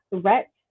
threat